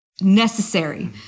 necessary